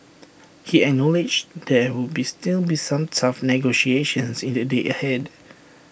he acknowledged there would be still be some tough negotiations in the days ahead